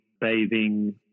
bathing